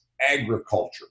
agriculture